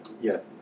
Yes